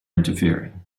interfering